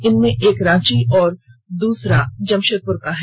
इनमें एक रांची और दूसरा जमशेदपुर का है